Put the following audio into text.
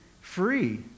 free